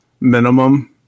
minimum